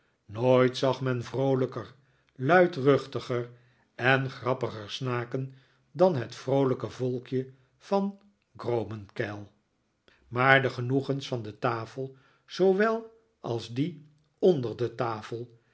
nooit zag men vroolijker luidruchtiger en grappiger snaken dan het vroolijke volkje van grobenkeil maar de genoegens van de tafel zoowel als die onder de tafel